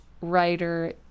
writer